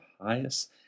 highest